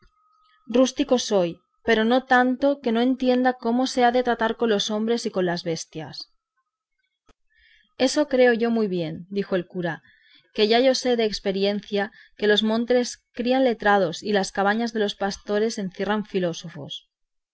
rústico soy pero no tanto que no entienda cómo se ha de tratar con los hombres y con las bestias eso creo yo muy bien dijo el cura que ya yo sé de esperiencia que los montes crían letrados y las cabañas de los pastores encierran filósofos